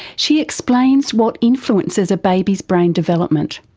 she explains what influences a baby's brain development.